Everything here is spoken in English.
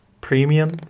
Premium